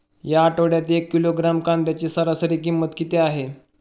या आठवड्यात एक किलोग्रॅम कांद्याची सरासरी किंमत किती आहे?